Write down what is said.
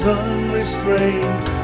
unrestrained